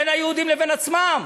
בין היהודים לבין עצמם.